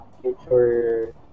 future